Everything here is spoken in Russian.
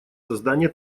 создание